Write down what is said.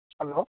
hello